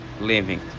living